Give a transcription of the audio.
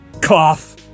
Cough